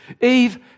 Eve